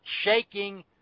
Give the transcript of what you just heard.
shaking